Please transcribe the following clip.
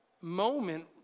moment